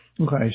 Okay